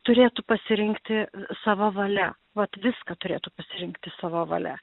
turėtų pasirinkti sava valia vat viską turėtų pasirinkti sava valia